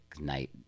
night